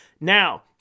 Now